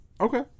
Okay